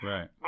Right